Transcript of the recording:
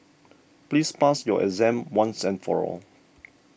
please pass your exam once and for all